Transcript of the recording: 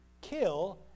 kill